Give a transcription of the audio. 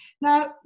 Now